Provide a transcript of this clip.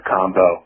Combo